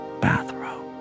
bathrobe